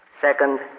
Second